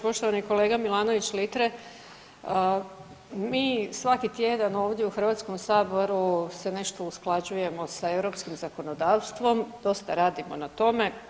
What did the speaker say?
Poštovani kolega Milanović Litre mi svaki tjedan ovdje u Hrvatskom saboru se nešto usklađujemo sa europskim zakonodavstvom, dosta radimo na tome.